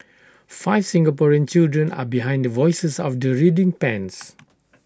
five Singaporean children are behind the voices of the reading pens